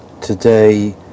today